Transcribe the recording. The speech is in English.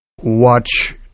watch